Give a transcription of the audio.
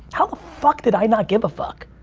how the fuck did i not give a fuck?